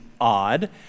odd